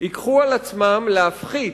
ייקחו על עצמן להפחית